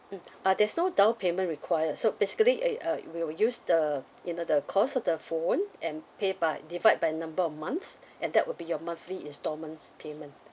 mm uh there's no down payment require so basically eh uh we will use the you know the cost of the phone and pay by divide by number of months and that would be your monthly installment payment